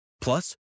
Plus